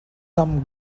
some